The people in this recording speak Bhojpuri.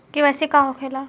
के.वाइ.सी का होखेला?